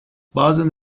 bazen